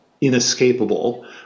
inescapable